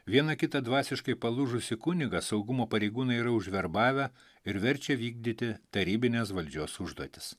vieną kitą dvasiškai palūžusį kunigą saugumo pareigūnai yra užverbavę ir verčia vykdyti tarybinės valdžios užduotis